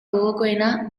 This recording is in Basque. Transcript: gogokoena